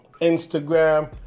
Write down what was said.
Instagram